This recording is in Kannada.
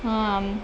ಹಾಂ